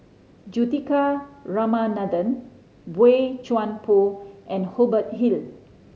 Juthika Ramanathan Boey Chuan Poh and Hubert Hill